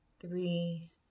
three